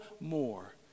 more